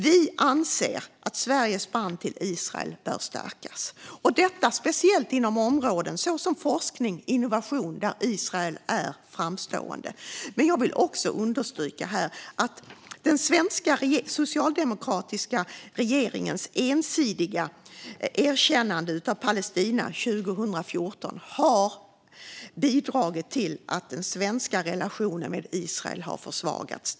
Vi anser att Sveriges band till Israel bör stärkas, speciellt inom områden som forskning och innovation, där Israel är framstående. Men jag vill också understryka att den svenska socialdemokratiska regeringens ensidiga erkännande av Palestina 2014 har bidragit till att den svenska relationen med Israel har försvagats.